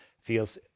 feels